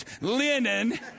linen